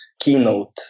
Keynote